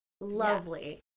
lovely